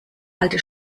alte